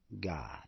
God